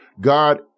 God